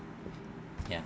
ya